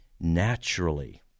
naturally